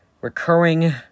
recurring